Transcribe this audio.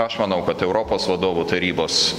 aš manau kad europos vadovų tarybos